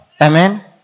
amen